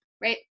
right